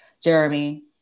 Jeremy